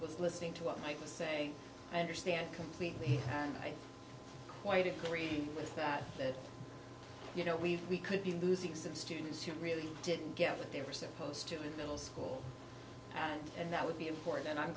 was listening to what i say i understand completely and i quite agree with that that you know we we could be losing some students who really didn't get what they were supposed to middle school and that would be important and i'm